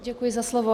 Děkuji za slovo.